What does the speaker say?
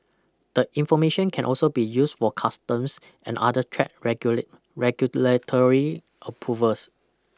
the information can also be used for customs and other trade regulate regulatory approvals